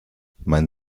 mein